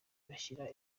bashyira